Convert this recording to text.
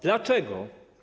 Dlaczego?